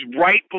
right